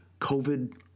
COVID